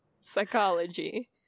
psychology